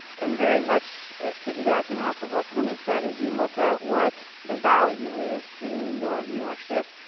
and very much piggybacking off of what penny said is you look at what the value is to your viewership,